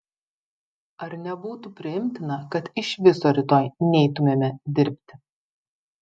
ar nebūtų priimtina kad iš viso rytoj neitumėme dirbti